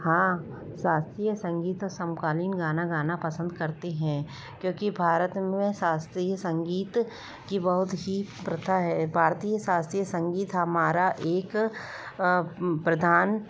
हाँ शास्त्रीय संगीत और समकालीन गाना गाना पसंद करते हैं क्योंकि भारत में शास्त्रीय संगीत की बहुत ही प्रथा है भारतीय शास्त्रीय संगीत हमारा एक प्रधान